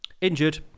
injured